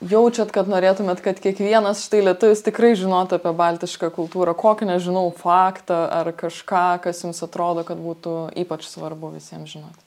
jaučiat kad norėtumėt kad kiekvienas štai lietuvis tikrai žinotų apie baltišką kultūrą kokį nežinau faktą ar kažką kas jums atrodo kad būtų ypač svarbu visiems žinot